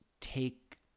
take